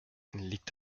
liegt